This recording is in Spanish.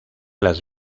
las